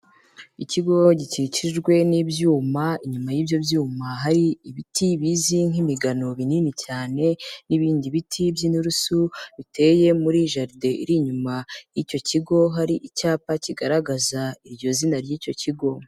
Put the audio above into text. Ikigo gikikijwe n'ibyuma, inyuma y'ibyo byuma hari ibiti bizi nk'imigano binini cyane n'ibindi biti by'inturusu biteye muri jaride iri inyuma y'icyo kigo, hari icyapa kigaragaza iryo zina ry'icyo kigo.